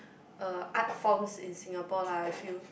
uh art forms in Singapore lah I feel